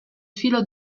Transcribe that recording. filo